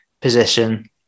position